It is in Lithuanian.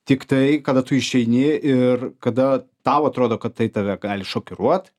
tiktai kada tu išeini ir kada tau atrodo kad tai tave gali šokiruot